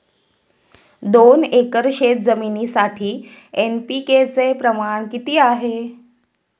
दोन एकर शेतजमिनीसाठी एन.पी.के चे प्रमाण किती आहे?